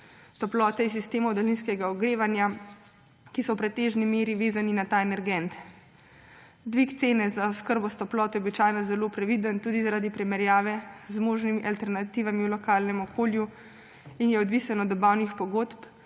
toplote iz sistemov daljinskega ogrevanja, ki so v pretežni meri vezani na ta energent. Dvig cene za oskrbo s toploto je običajno zelo previden, tudi zaradi primerjave z možnimi alternativami v lokalnem okolju, in je odvisen od dobavnih pogodb